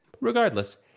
Regardless